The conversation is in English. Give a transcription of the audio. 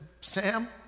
Sam